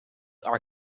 are